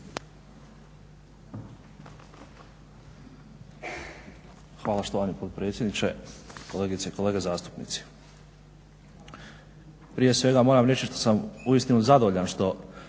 Hvala štovani potpredsjedniče. Kolegice i kolege zastupnici. Prije svega moram reći da sam uistinu zadovoljan što